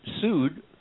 sued